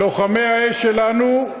לוחמי האש שלנו,